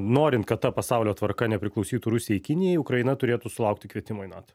norint kad ta pasaulio tvarka nepriklausytų rusijai kinijai ukraina turėtų sulaukti kvietimo į nato